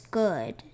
good